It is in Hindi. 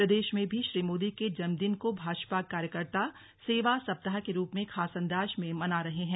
प्रदेश में भी श्री मोदी के जन्मदिन को भाजपा कार्यकर्ता सेवा सप्ताह के रूप में खास अंदाज में मना रहे हैं